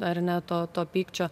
ar ne to to pykčio